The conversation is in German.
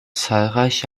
zahlreiche